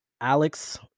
Alex